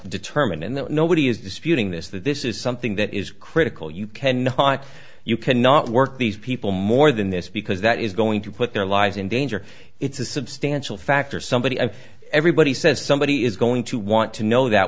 determined that nobody is disputing this that this is something that is critical you can know why you cannot work these people more than this because that is going to put their lives in danger it's a substantial factor somebody everybody says somebody is going to want to know that